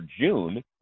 June